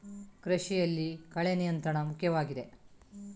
ಕೃಷಿಯಲ್ಲಿ ಕಳೆ ನಿಯಂತ್ರಣ ಮುಖ್ಯವಾಗಿದೆ